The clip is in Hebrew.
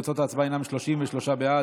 תוצאות ההצבעה הן 33 בעד,